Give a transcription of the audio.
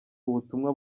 ubutumwa